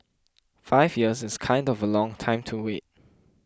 five years is kind of a long time to wait